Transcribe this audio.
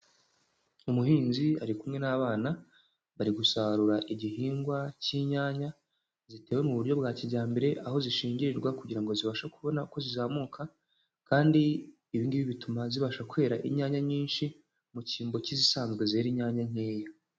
Umuhinzi ari kumwe n'abana, bari gusarura igihingwa k'inyanya, zitewe mu buryo bwa kijyambere aho zishingirirwa kugira ngo zibashe kubona uko zizamuka kandi ibi ngibi bituma zibasha kwera inyanya nyinshi, mu cyimbo k'izisanzwezera inyanya nkeya.